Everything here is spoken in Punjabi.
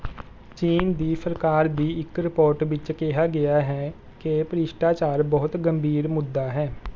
ਅਨੰਤ ਨੇ ਕੌਂਡਿੰਯਾ ਨੂੰ ਵਾਅਦਾ ਕੀਤਾ ਕਿ ਜੇ ਉਸ ਨੇ ਚੌਦਾਂ ਸਾਲ ਦੀ ਸਹੁੰ ਖਾਧੀ ਤਾਂ ਉਹ ਆਪਣੇ ਸਾਰੇ ਪਾਪਾਂ ਤੋਂ ਮੁਕਤ ਹੋ ਜਾਵੇਗਾ ਅਤੇ ਉਸ ਨੂੰ ਧਨ ਔਲਾਦ ਅਤੇ ਖੁਸ਼ੀ ਦੀ ਪ੍ਰਾਪਤੀ ਹੋਵੇਗੀ